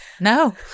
No